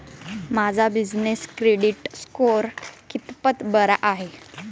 माझा business credit score कितपत बरा आहे?